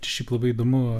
šiaip labai įdomu